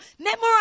Memorize